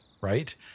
right